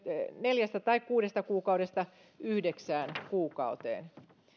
neljästä tai kuudesta kuukaudesta yhdeksään kuukauteen